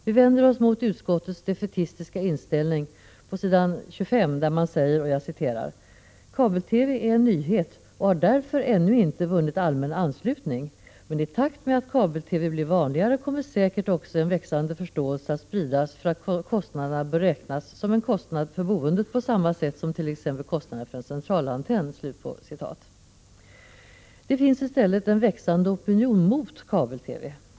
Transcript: Vi vänder oss mot utskottets defaitistiska inställning, vilken framgår av utskottets skrivning på s. 25: ”Kabel-TV är en nyhet och har därför ännu inte vunnit allmän anslutning, men i takt med att kabel-TV blir vanligare kommer säkert också en växande förståelse att spridas för att kostnaderna bör räknas som en kostnad för boendet på samma sätt som t.ex. kostnaden för en centralantenn.” Det finns i stället en växande opinion mot kabel-TV.